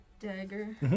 Dagger